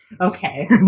okay